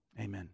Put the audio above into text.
amen